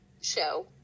show